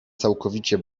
całkowicie